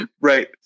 Right